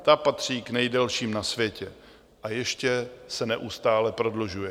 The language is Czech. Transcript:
Ta patří k nejdelším na světě a ještě se neustále prodlužuje.